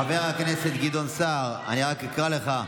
חבר הכנסת גדעון סער, אני רק אקריא לך: